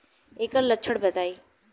ऐकर लक्षण बताई?